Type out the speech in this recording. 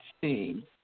see